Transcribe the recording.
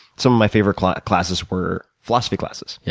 some of my favorite classes classes were philosophy classes, yeah